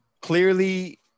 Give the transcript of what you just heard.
clearly